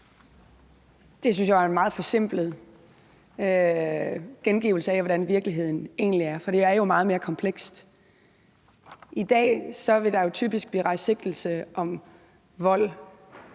Det synes jeg var en meget forsimplet gengivelse af, hvordan virkeligheden egentlig er, for det er jo meget mere komplekst. I dag vil der typisk blive rejst sigtelse for vold